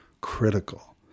critical